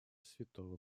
святого